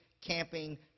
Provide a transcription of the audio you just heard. camping